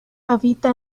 habita